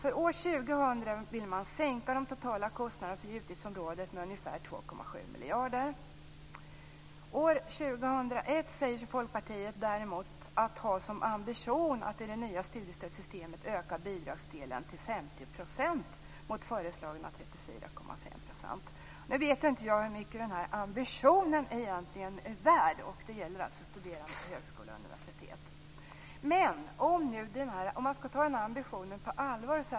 För år 2000 vill man sänka de totala kostnaderna för utgiftsområdet med ungefär 2,7 miljarder. Jag vet inte hur mycket den ambitionen egentligen är värd. Det gäller alltså studerande på högskolor och universitet.